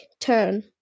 turn